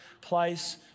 place